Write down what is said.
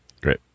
Great